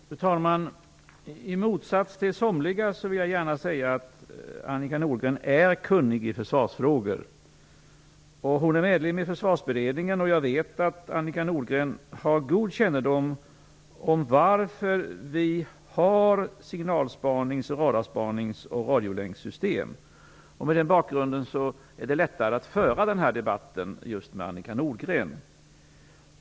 Fru talman! I motsats till somliga vill jag gärna säga att Annika Nordgren är kunnig i försvarsfrågor. Hon är medlem i Försvarsberedningen, och jag vet att Annika Nordgren har god kännedom om varför vi har signalspanings-, radarspanings och radiolänkssystem. Mot den bakgrunden är det lättare att föra denna debatt just med Annika Nordgren.